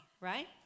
right